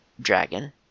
dragon